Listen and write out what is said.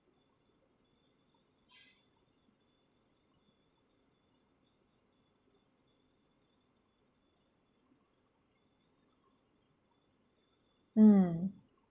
mm